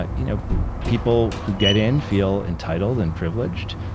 but you know people who get in feel entitled and privileged,